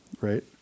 Right